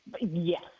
Yes